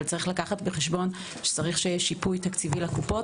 אבל צריך לקחת בחשבון שצריך שיהיה שיפוי תקציבי לקופות,